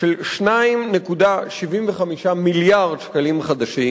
של 2.75 מיליארד שקלים חדשים.